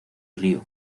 ryū